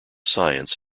science